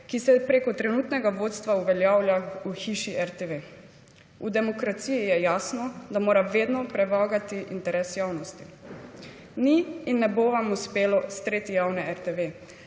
ki se preko trenutnega vodstva uveljavlja v hiši RTV. V demokraciji je jasno, da mora vedno prevagati interes javnosti. Ni in ne bo vam uspelo streti javne RTV.